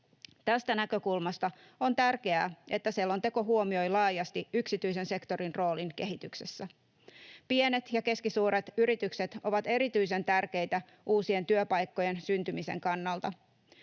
Tästä näkökulmasta on tärkeää, että selonteko huomioi laajasti yksityisen sektorin roolin kehityksessä. Pienet ja keskisuuret yritykset ovat erityisen tärkeitä uusien työpaikkojen syntymisen kannalta.